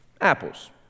Apples